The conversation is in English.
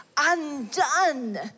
undone